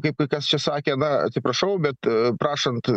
kaip kas čia sakė na atsiprašau bet prašant